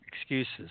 excuses